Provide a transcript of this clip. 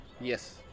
Yes